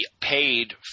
paid